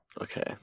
Okay